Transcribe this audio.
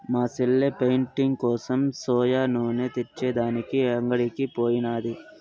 మా సెల్లె పెయింటింగ్ కోసం సోయా నూనె తెచ్చే దానికి అంగడికి పోయినాది